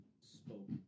spoke